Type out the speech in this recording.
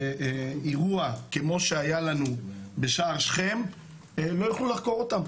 שאירוע כמו שהיה לנו בשער שכם לא יוכלו לחקור אותם,